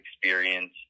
experience